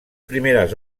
primeres